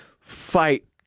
fight